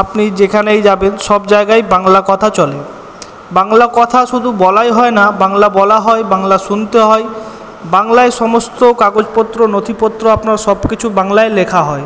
আপনি যেখানেই যাবেন সব জায়গায়ই বাংলা কথা চলে বাংলা কথা শুধু বলাই হয় না বাংলা বলা হয় বাংলা শুনতে হয় বাংলায় সমস্ত কাগজপত্র নথিপত্র আপনার সব কিছু বাংলায় লেখা হয়